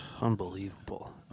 Unbelievable